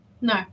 No